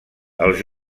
els